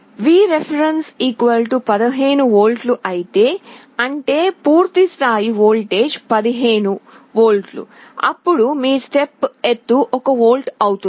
V ref 15 V అయితే అంటే పూర్తి స్థాయి వోల్టేజ్ 15 వి అప్పుడు మీ స్టెప్ ఎత్తు 1 వోల్ట్ అవుతుంది